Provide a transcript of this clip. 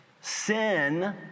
Sin